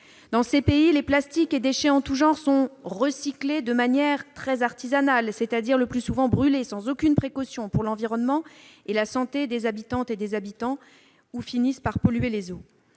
dans des pays où les plastiques et déchets en tout genre sont « recyclés » de manière très artisanale, c'est-à-dire le plus souvent brûlés sans aucune précaution pour l'environnement et la santé des habitantes et des habitants. Ils finissent aussi souvent par polluer les eaux.